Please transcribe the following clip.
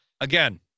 Again